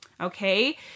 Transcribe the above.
Okay